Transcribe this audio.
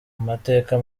amateka